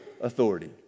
authority